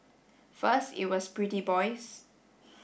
first it was pretty boys